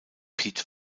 pete